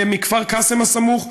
מכפר קאסם הסמוך,